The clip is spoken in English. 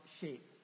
shape